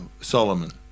Solomon